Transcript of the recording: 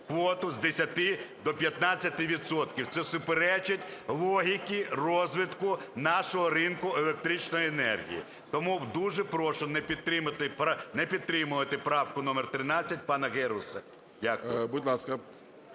квоту з 10 до 15 відсотків. Це суперечить логіці розвитку нашого ринку електричної енергії. Тому дуже прошу не підтримувати правку номер 13 пана Геруса. Дякую.